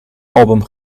album